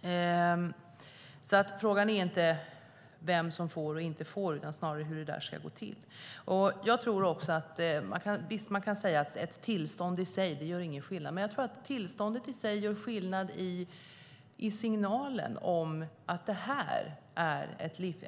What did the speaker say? Frågan är alltså inte vem som får och inte får utan snarare hur det ska gå till. Visst kan man säga att ett tillstånd i sig inte gör någon skillnad. Men jag tror att tillståndet i sig gör skillnad i signalen om att detta inte